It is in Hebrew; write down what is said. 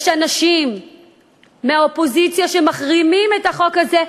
יש אנשים מהאופוזיציה שמחרימים את החוק הזה,